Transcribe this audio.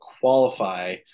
qualify